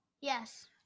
Yes